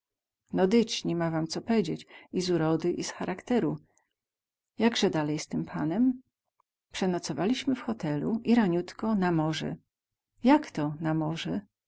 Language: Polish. dyć ni ma wam co pedzieć i z urody i z charakteru jakze dalej z tym panem przenocowalimy w hotelu i raniutko na morze jak to na morze